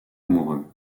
amoureux